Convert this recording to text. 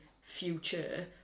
future